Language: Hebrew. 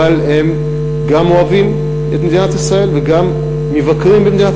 אבל הם גם אוהבים את מדינת ישראל וגם מבקרים במדינת